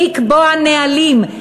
לקבוע נהלים,